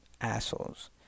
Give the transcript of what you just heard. Assholes